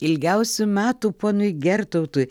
ilgiausių metų ponui gertautui